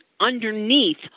underneath